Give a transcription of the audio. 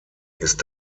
ist